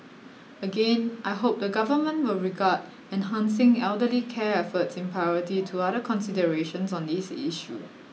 again I hope the government will regard enhancing elderly care efforts in priority to other considerations on this issue